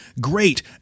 great